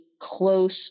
close